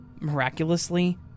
Miraculously